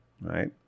right